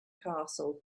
castle